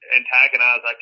antagonize